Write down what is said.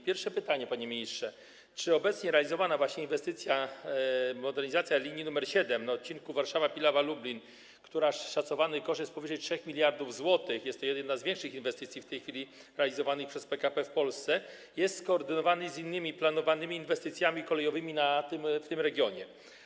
Pierwsze pytanie, panie ministrze: Czy obecnie realizowana inwestycja, modernizacja linii nr 7 na odcinku Warszawa - Pilawa - Lublin, której szacowany koszt jest powyżej 3 mld zł - jest to jedna z większych inwestycji w tej chwili realizowanych przez PKP w Polsce - jest skoordynowana z innymi planowanymi inwestycjami kolejowymi w tym regionie?